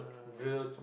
real